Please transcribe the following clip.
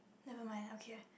never mind okay lah